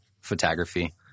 photography